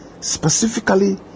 specifically